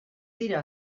dira